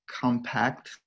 compact